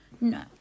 No